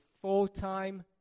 full-time